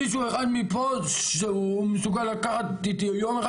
מישהו אחד מפה שמסוגל להחליף איתי יום אחד,